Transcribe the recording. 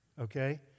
okay